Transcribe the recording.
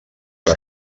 que